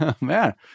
man